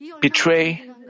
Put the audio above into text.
Betray